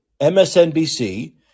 MSNBC